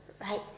right